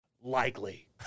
Likely